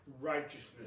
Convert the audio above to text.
righteousness